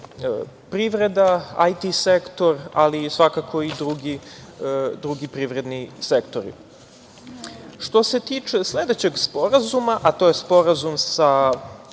privreda, IT sektor, ali svakako i drugi privredni sektori. Što se tiče sledećeg Sporazuma, a to je Sporazum sa